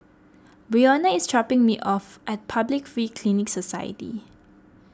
Brionna is dropping me off at Public Free Clinic Society